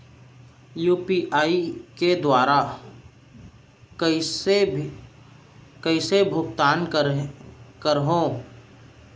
UPI के दुवारा कइसे भुगतान करहों?